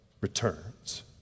returns